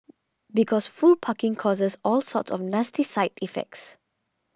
because full parking causes all sorts of nasty side effects